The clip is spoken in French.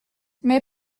mais